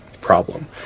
problem